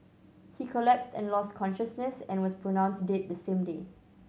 he collapsed and lost consciousness and was pronounced dead the same day